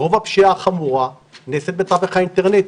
רוב הפשיעה החמורה נעשית בתווך האינטרנטי.